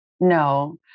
no